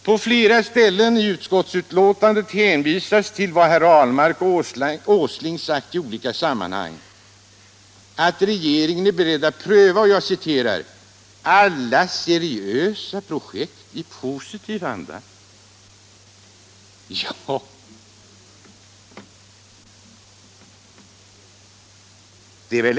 På flera ställen i utskottsbetänkandet hänvisas till vad herr Ahlmark och herr Åsling sagt i olika sammanhang, nämligen att regeringen är beredd att pröva ”alla seriösa projekt i positiv anda”.